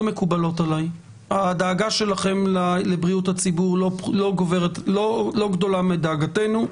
הדאגה שלכם לבריאות הציבור לא גדולה מדאגתנו.